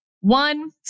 One